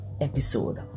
episode